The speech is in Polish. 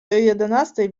jedenastej